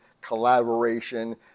collaboration